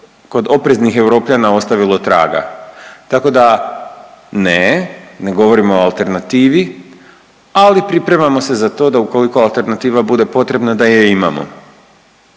kod opreznih Europljana ostavilo traga. Tako da ne, ne govorimo o alternativi, ali pripremamo se za to da ukoliko alternativa bude potrebna da je imamo.